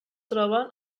troben